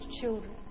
children